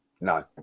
No